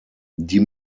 die